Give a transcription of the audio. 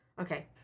Okay